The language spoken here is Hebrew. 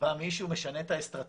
בא מישהו, משנה את האסטרטגיה.